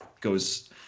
goes